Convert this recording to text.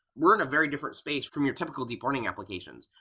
we're in a very different space from your typical deep learning applications,